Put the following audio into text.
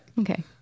Okay